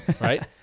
right